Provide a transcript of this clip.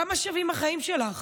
כמה שווים החיים שלך?